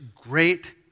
great